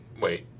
wait